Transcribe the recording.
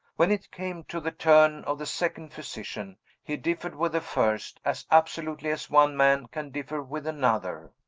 when it came to the turn of the second physician, he differed with the first, as absolutely as one man can differ with another.